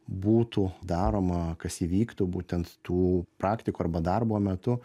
būtų daroma kas įvyktų būtent tų praktikų arba darbo metu